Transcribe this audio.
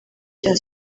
cya